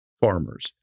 farmers